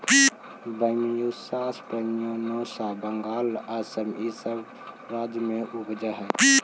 Bambusa spinosa Bengal, Assam इ सब राज्य में उपजऽ हई